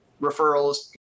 referrals